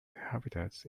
habitats